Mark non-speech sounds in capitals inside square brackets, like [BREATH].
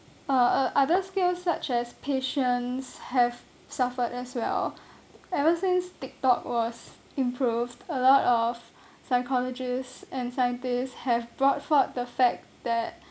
uh uh other skills such as patience have suffered as well ever since tiktok was improved a lot of [BREATH] psychologists and scientists have brought forth the fact that